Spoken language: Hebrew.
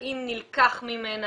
האם נלקח ממנה?